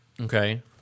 Okay